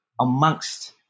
amongst